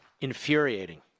infuriating